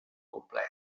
complex